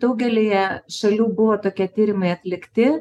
daugelyje šalių buvo tokie tyrimai atlikti